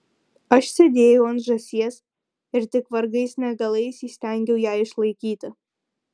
aš sėdėjau ant žąsies ir tik vargais negalais įstengiau ją išlaikyti